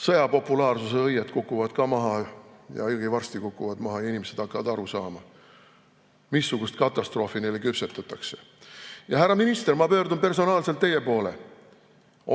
sõjapopulaarsuse õied kukuvad maha – juba varsti kukuvad maha – ja inimesed hakkavad aru saama, missugust katastroofi neile küpsetatakse. Härra minister, ma pöördun personaalselt teie poole.